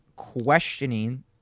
questioning